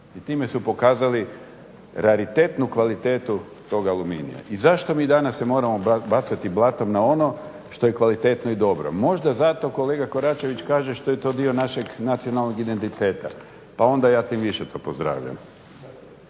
I time su pokazali raritetnu kvalitetu toga Aluminija. I zašto se mi moramo bacati danas blatom na ono što je kvalitetno i dobro. Možda zato kolega Koračević kaže što je to dio našeg nacionalnog identiteta, pa onda ja tim više to pozdravljam.